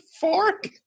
fork